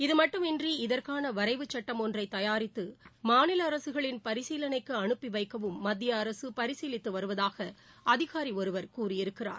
இது மட்டுமின்றி இதற்கான வரைவு சட்டம் ஒன்றை தயாரித்து மாநில அரசுகளின் பரிசீலனைக்கு அனுப்பிவைக்கவும் மத்திய அரசு பரிசீலித்து வருவதாக அதிகாரி ஒருவர் கூறியிருக்கிறார்